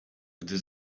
gdy